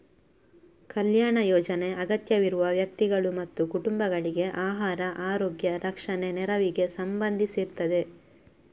ಕಲ್ಯಾಣ ಯೋಜನೆ ಅಗತ್ಯವಿರುವ ವ್ಯಕ್ತಿಗಳು ಮತ್ತು ಕುಟುಂಬಗಳಿಗೆ ಆಹಾರ, ಆರೋಗ್ಯ, ರಕ್ಷಣೆ ನೆರವಿಗೆ ಸಂಬಂಧಿಸಿರ್ತದೆ